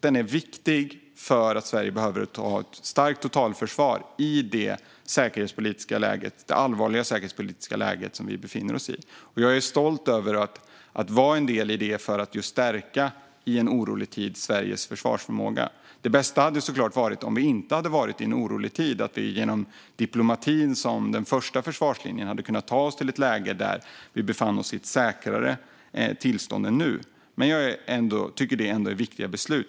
Den är viktig därför att Sverige behöver ha ett starkt totalförsvar i det allvarliga säkerhetspolitiska läge som vi befinner oss i, och jag är stolt över att vara en del i det för att stärka Sveriges försvarsförmåga i en orolig tid. Det bästa hade såklart varit om vi inte hade varit i en orolig tid, om vi med diplomati som den första försvarslinjen hade kunnat ta oss till ett läge där vi befann oss i ett säkrare tillstånd än nu. Men jag tycker ändå att det här är viktiga beslut.